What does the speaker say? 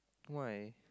why